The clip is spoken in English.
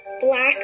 Black